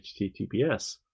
HTTPS